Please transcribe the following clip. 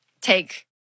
take